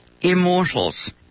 immortals